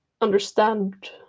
understand